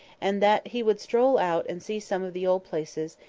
and that he would stroll out and see some of the old places,